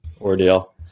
ordeal